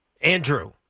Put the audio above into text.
Andrew